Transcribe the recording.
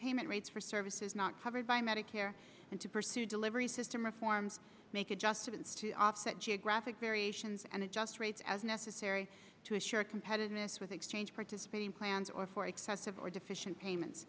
payment rates for services not covered by medicare and to pursue delivery system reforms make adjustments to offset geographic variations and adjust rates as necessary to assure competitiveness with exchange participating plans or for excessive or deficient payments